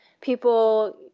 People